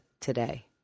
today